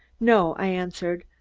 no, i answered,